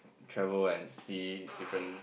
travel and see different